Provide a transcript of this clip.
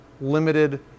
limited